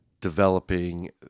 developing